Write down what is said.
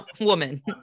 woman